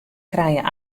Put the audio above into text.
krije